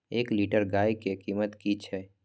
एक लीटर गाय के कीमत कि छै?